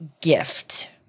gift